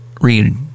read